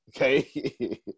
Okay